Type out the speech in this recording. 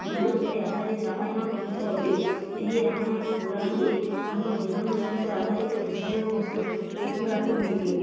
ଘଟଣା ଉପରେ ଆଧାରିତ ରାମାୟଣ ଗ୍ରନ୍ଥ ଅଟେ ଏହି ରାମାୟଣ ପୁରାଣରେ ଆମ ଜୀବନ ସହିତ ଆଧାରିତ ବିଷୟବସ୍ତୁ ଦେଖିବାକୁ ମିଲେ